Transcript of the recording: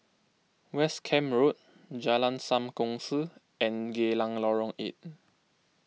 West Camp Road Jalan Sam Kongsi and Geylang Lorong eight